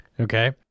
Okay